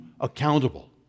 accountable